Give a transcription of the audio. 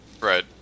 Right